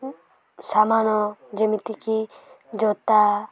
ସାମାନ ଯେମିତିକି ଜୋତା